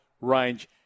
range